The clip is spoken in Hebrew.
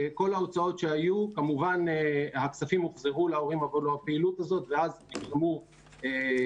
הכספים עבור הפעילויות האלה הוחזרו להורים ואז נוצרו קשיים.